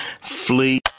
flee